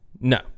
No